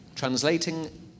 Translating